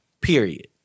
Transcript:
period